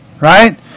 right